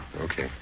Okay